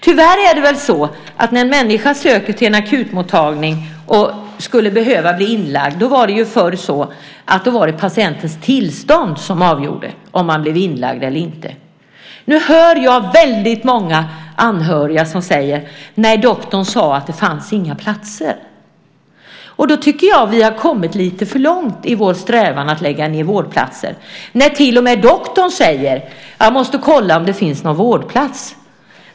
Förr var det så att när en människa sökte sig till en akutmottagning och behövde bli inlagd var det patientens tillstånd som avgjorde om patienten blev inlagd eller inte. Nu hör jag, tyvärr, många anhöriga säga: Doktorn sade att det inte fanns några platser. Vi har kommit lite för långt i vår strävan att lägga ned vårdplatser när till och med doktorn säger: Jag måste kolla om det finns någon vårdplats.